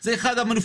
סחטנים,